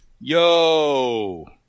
Yo